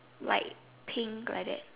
like pink like that